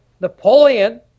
Napoleon